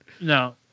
No